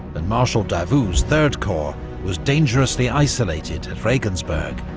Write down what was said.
and marshal davout's third corps was dangerously isolated at regensburg.